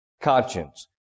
conscience